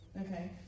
okay